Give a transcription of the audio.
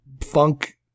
funk